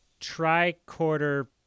tricorder